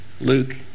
Luke